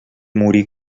morí